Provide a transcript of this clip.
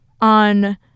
On